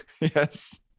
yes